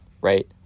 right